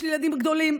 יש לי ילדים גדולים,